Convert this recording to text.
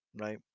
right